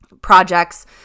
projects